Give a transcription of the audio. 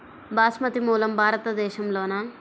బాస్మతి మూలం భారతదేశంలోనా?